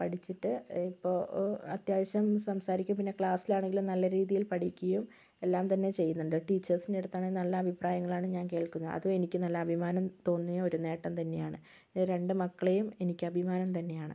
പഠിച്ചിട്ട് ഇപ്പോൾ അത്യാവശ്യം സംസാരിക്കും പിന്നെ ക്ലാസ്സിലാണെങ്കിലും നല്ല രീതിയിൽ പഠിക്കുകയും എല്ലാം തന്നെ ചെയ്യുന്നുണ്ട് ടീച്ചേഴ്സിൻ്റെ അടുത്താണെൽ നല്ല അഭിപ്രായങ്ങളാണ് ഞാൻ കേൾക്കുന്നത് അതും എനിക്ക് നല്ല അഭിമാനം തോന്നിയൊരു നേട്ടം തന്നെയാണ് ഈ രണ്ട് മക്കളെയും എനിക്ക് അഭിമാനം തന്നെയാണ്